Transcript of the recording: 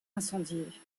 incendiée